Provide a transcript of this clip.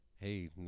hey